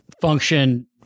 function